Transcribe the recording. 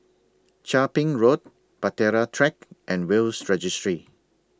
Chia Ping Road Bahtera Track and Will's Registry